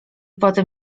potem